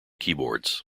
keyboards